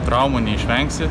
traumų neišvengsi